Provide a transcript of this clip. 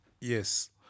Yes